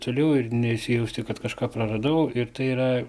toliau ir nesijausti kad kažką praradau ir tai yra